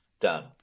done